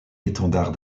l’étendard